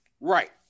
Right